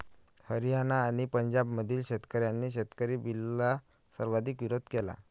हरियाणा आणि पंजाबमधील शेतकऱ्यांनी शेतकरी बिलला सर्वाधिक विरोध केला